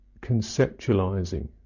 conceptualizing